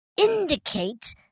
indicate